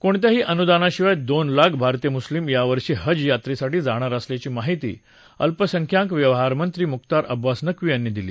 कोणत्याही अनुदानाशिवाय दोन लाख भारतीय मुस्लीम यावर्षी हज यात्रेसाठी जाणार असल्याची माहिती अल्पसंख्याक व्यवहारमंत्री मुख्तार अब्बास नक्वी यांनी दिली